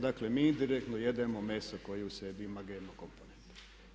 Dakle, mi direktno jedemo meso koje u sebi ima GMO komponente.